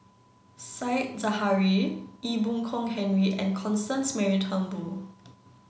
said Zahari Ee Boon Kong Henry and Constance Mary Turnbull